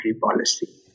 policy